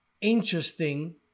interesting